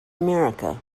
america